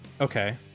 Okay